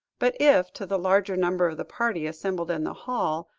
but if to the larger number of the party assembled in the hall,